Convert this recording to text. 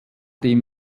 dem